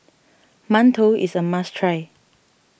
Mantou is a must try